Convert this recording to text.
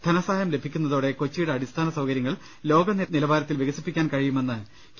ധനസഹായം ലഭിക്കുന്നതോടെ കൊച്ചിയുടെ അടിസ്ഥാന സൌകര്യങ്ങൾ ലോകനിലവാരത്തിൽ വികസിപ്പിക്കുവാൻ കഴിയുമെന്ന് കെ